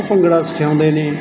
ਭੰਗੜਾ ਸਿਖਾਉਂਦੇ ਨੇ